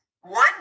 One